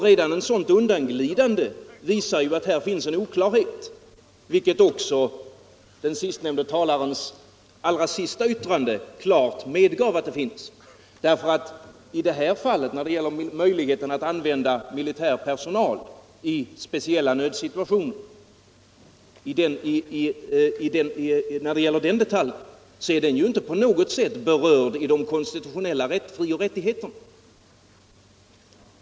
Redan ett sådant undanglidande visar att här finns en oklarhet, vilket också den allra sista delen av den senaste talarens anförande klart medgav. Möjligheten att använda militär personal i speciella nödsituationer är nämligen inte på något sätt berörd i de konstitutionella frioch rättigheterna.